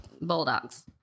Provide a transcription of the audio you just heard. bulldogs